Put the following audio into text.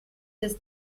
des